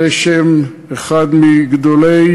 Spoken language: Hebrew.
זה שם אחד מגדולי